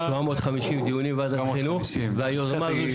750 דיונים ועדת חינוך,